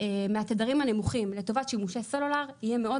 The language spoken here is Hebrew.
מהתדרים הנמוכים לטובת שימושי סלולר יהיה מאוד